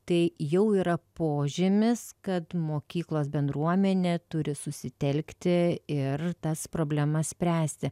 tai jau yra požymis kad mokyklos bendruomenė turi susitelkti ir tas problemas spręsti